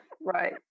Right